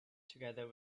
together